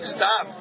Stop